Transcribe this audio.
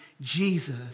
Jesus